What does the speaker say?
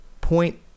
point